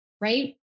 Right